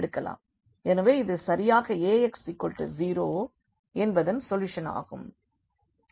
எனவே இது சரியாக Ax0 என்பதின் சொல்யூஷன் ஆகும்